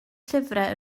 llyfrau